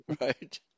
right